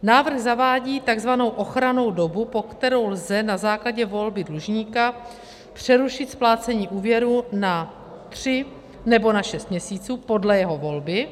Návrh zavádí tzv. ochrannou dobu, po kterou lze na základě volby dlužníka přerušit splácení úvěru na tři, nebo na šest měsíců podle jeho volby.